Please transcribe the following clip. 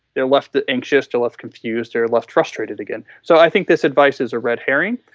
they are left to anxious, to left confused or left frustrated again. so, i think this advice is a red herring.